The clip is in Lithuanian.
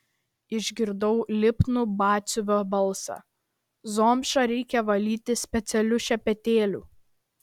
išgirdau lipnų batsiuvio balsą zomšą reikia valyti specialiu šepetėliu